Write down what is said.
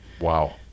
Wow